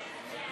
1